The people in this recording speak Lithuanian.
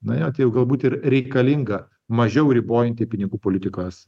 na atėjo galbūt ir reikalinga mažiau ribojanti pinigų politikos